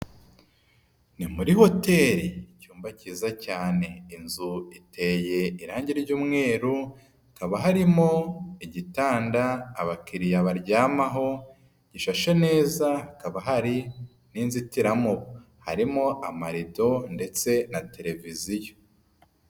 Ni muri hotel icyumba cyiza cyane. Inzu iteye irangi ry'umweru hakaba harimo igitanda abakiriya baryamaho gishashe neza, hakaba hari n'inzitiramubu. Harimo amarido ndetse na televiziyo.